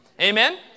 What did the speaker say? Amen